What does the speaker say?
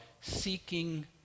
seeking